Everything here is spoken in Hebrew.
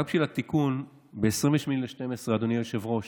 רק בשביל התיקון, ב-28 בדצמבר, אדוני היושב-ראש,